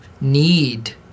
need